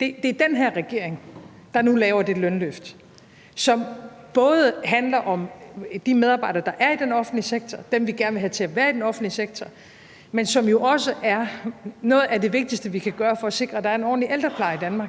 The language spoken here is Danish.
Det er den her regering, der nu laver det lønløft, som både handler om de medarbejdere, der er i den offentlige sektor, dem, vi gerne vil have til at være i den offentlige sektor, men som jo også er noget af det vigtigste, vi kan gøre for at sikre, at der er en ordentlig ældrepleje i Danmark,